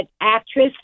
actress